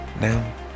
Now